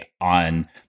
on